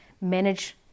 manage